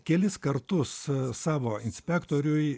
kelis kartus savo inspektoriui